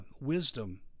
wisdom